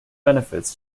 benefits